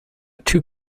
two